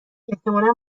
احتمالا